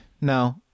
No